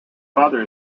father